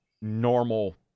normal